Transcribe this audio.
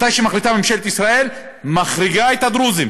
מתי שמחליטה ממשלת ישראל, היא מחריגה את הדרוזים